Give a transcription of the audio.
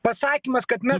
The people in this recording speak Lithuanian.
pasakymas kad mes